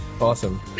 Awesome